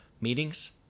meetings